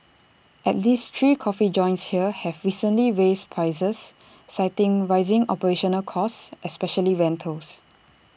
at least three coffee joints here have recently raised prices citing rising operational costs especially rentals